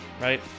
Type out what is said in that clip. right